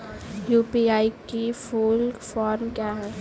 UPI की full form क्या है?